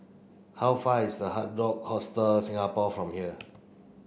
how far away is the Hard Rock Hostel Singapore from here